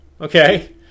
Okay